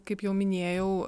kaip jau minėjau